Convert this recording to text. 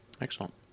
Excellent